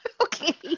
okay